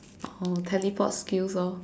oh teleport skills lor